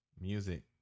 music